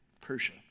Persia